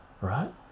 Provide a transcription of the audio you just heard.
right